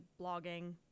blogging